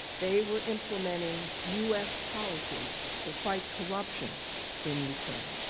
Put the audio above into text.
they were implementing u s. policy to fight corruption in ukraine.